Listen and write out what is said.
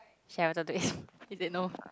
say I wanted to east it they no